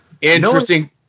Interesting